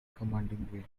commanding